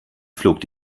flog